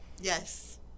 Yes